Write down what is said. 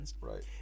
Right